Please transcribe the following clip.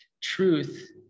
Truth